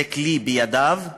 זה כלי בידיו,